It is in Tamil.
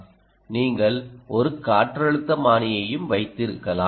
நீங்கள் ஒரு காற்றழுத்தமானியையும் வைத்திருக்கலாம்